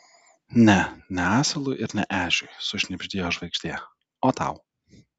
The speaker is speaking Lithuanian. ne ne asilui ir ne ežiui sušnibždėjo žvaigždė o tau